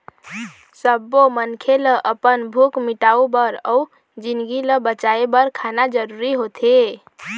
सब्बो मनखे ल अपन भूख मिटाउ बर अउ जिनगी ल बचाए बर खाना जरूरी होथे